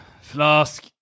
Flask